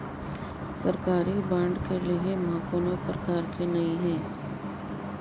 सरकारी बांड के लेहे में कोनो परकार के नइ हे